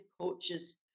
coaches